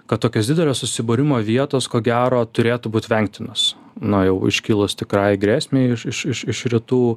kad tokios didelio susibūrimo vietos ko gero turėtų būt vengtinos na jau iškilus tikrai grėsmei iš iš iš rytų